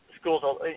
schools